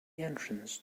entrance